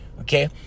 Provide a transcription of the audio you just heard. okay